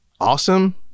awesome